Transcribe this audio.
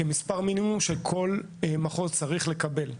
מספר מינימום שכל מחוז צריך לקבל.